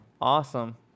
Awesome